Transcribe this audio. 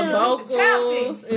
vocals